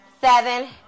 seven